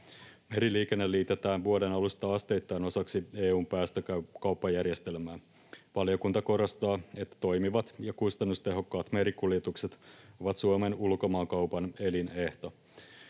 Meriliikenne liitetään vuoden alusta asteittain osaksi EU:n päästökauppajärjestelmää. Valiokunta korostaa, että toimivat ja kustannustehokkaat merikuljetukset ovat Suomen ulkomaankaupan elinehto.